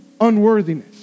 unworthiness